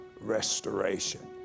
restoration